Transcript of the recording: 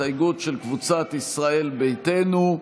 הסתייגות של קבוצת ישראל ביתנו,